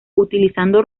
utilizando